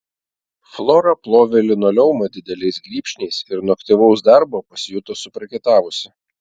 flora plovė linoleumą dideliais grybšniais ir nuo aktyvaus darbo pasijuto suprakaitavusi